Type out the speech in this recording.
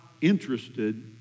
interested